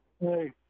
Hey